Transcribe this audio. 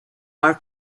our